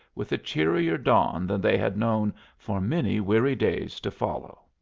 with a cheerier dawn than they had known for many weary days to follow.